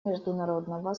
международного